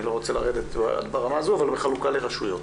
אני לא רוצה לרדת ברמה הזאת, אבל בחלוקה לרשויות.